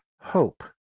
hope